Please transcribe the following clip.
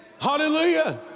hallelujah